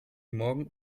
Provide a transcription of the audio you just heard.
morgen